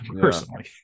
personally